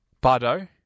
Bardo